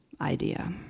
idea